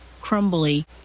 crumbly